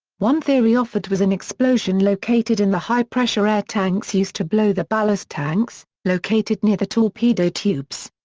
one theory offered was an explosion located in the high-pressure air tanks used to blow the ballast tanks, located near the torpedo tubes.